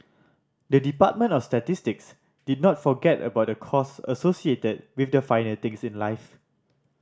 the Department of Statistics did not forget about the cost associated with the finer things in life